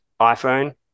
iPhone